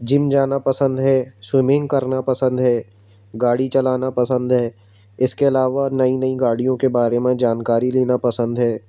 gym जाना पसंद है स्विमिंग करना पसंद है गाड़ी चलाना पसंद है इसके अलावा नई नई गाड़ियों के बारे में जानकारी लेना पसंद है